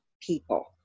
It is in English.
people